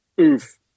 oof